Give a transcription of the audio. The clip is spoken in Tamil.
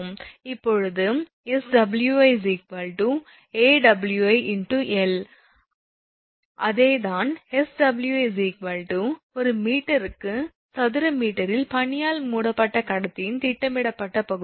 இப்போது 𝑆𝑤𝑖𝐴𝑤𝑖×𝑙 அர்த்தம் அதே தான் 𝑆𝑤𝑖 ஒரு மீட்டருக்கு சதுர மீட்டரில் பனியால் மூடப்பட்ட கடத்தியின் திட்டமிடப்பட்ட பகுதி